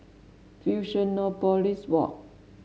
Fusionopolis Walk